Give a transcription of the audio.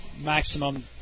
maximum